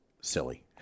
silly